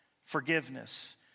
Forgiveness